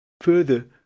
Further